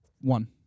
One